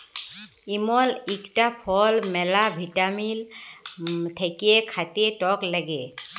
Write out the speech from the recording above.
ইমল ইকটা ফল ম্যালা ভিটামিল থাক্যে খাতে টক লাগ্যে